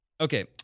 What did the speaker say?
Okay